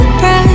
bright